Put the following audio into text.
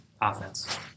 offense